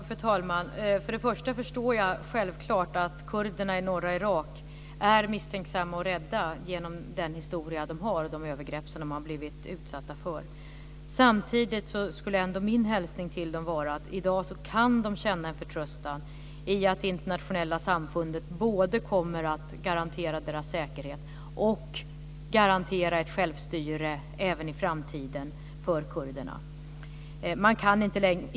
Fru talman! Först och främst förstår jag självklart att kurderna i norra Irak är misstänksamma och rädda med tanke på den historia de har och de övergrepp de har blivit utsatta för. Samtidigt är min hälsning till dem att i dag kan de känna förtröstan i att internationella samfundet både kommer att garantera deras säkerhet och garantera ett självstyre även i framtiden.